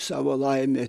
savo laimę